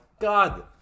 God